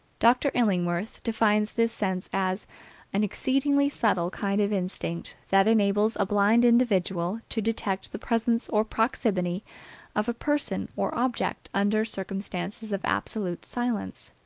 dr. illingworth defines this sense as an exceedingly subtle kind of instinct that enables a blind individual to detect the presence or proximity of a person or object under circumstances of absolute silence,